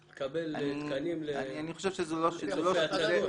אתה רוצה לקבל תקנים לפיקוח על הצגות?